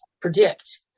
predict